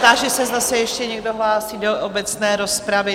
Táži se, zda se ještě někdo hlásí do obecné rozpravy?